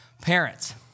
parents